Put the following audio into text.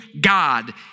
God